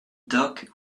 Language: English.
dog